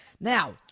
Now